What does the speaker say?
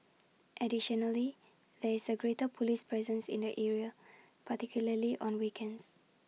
additionally there is A greater Police presence in the area particularly on weekends